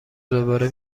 دوباره